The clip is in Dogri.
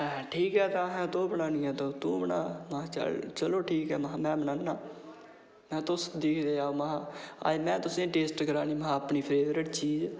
ठीक ऐ तां तू बनानी ऐं ते तूं बना ते चलो ठीक ऐ में हा अंऊ बनाना ते में हा तुस दूई दा अज्ज में हा टेस्ट करानी फेवरेट चीज़